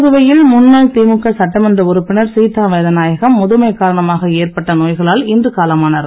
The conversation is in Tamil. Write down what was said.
புதுவையில் முன்னாள் திமுக சட்டமன்ற உறுப்பினர் சீதா வேதநாயகம் முதுமை காரணமாக ஏற்பட்ட நோய்களால் இன்று காலமானார்